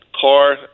car